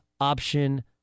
option